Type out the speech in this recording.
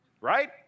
right